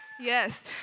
Yes